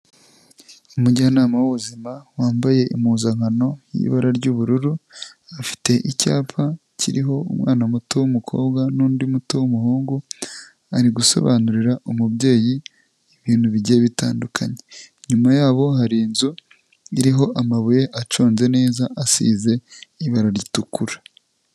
Umujyanama w'ubuzima wambaye impuzankano y'ibara ry'ubururu, afite icyapa kiriho umwana muto w'umukobwa n'undi muto w'umuhungu, ari gusobanurira umubyeyi ibintu bigiye bitandukanye, inyuma yaho hari inzu iriho amabuye aconze neza, asize ibara ritukura.